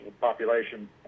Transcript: population